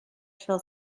shall